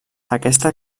aquesta